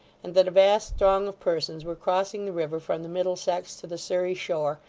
and that a vast throng of persons were crossing the river from the middlesex to the surrey shore,